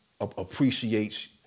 appreciates